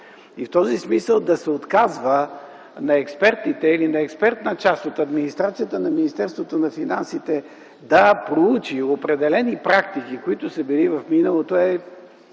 В този смисъл да се отказва на експертите или на експертна част от администрацията на Министерството на финансите да проучи определени практики, които са били в миналото, е